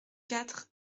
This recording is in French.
quatre